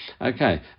Okay